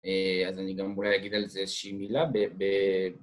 אז אני גם אוליי אהגיד על זה איזשהי מילה